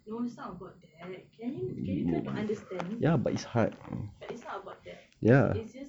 no sound about that can you can you try to understand but it's not about that it it just